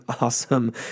awesome